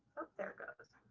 there goes,